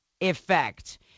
effect